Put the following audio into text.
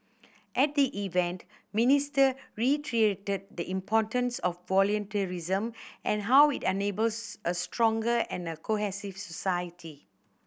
at the event Minister reiterated the importance of volunteerism and how it enables a stronger and cohesive society